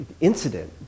incident